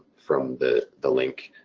from the the link